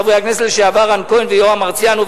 חברי הכנסת לשעבר רן כהן ויורם מרציאנו,